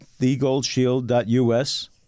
thegoldshield.us